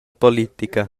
politica